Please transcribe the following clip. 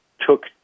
took